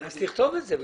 אז תכתוב את זה.